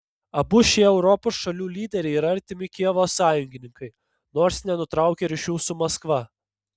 abu šie europos šalių lyderiai yra artimi kijevo sąjungininkai nors nenutraukia ryšių su maskva